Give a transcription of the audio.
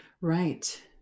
Right